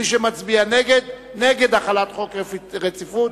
מי שמצביע נגד, נגד החלת דין רציפות.